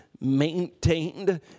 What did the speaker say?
maintained